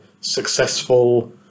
successful